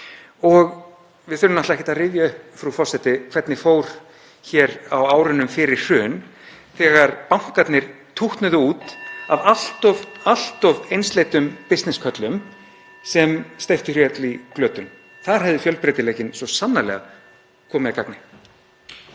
Við þurfum ekkert að rifja upp, frú forseti, hvernig fór hér á árunum fyrir hrun þegar bankarnir tútnuðu út af allt of einsleitum bisnesskörlum sem steyptu öllu í glötun. Þar hefði fjölbreytileikinn svo sannarlega komið að gagni.